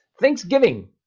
Thanksgiving